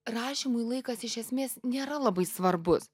rašymui laikas iš esmės nėra labai svarbus